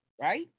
right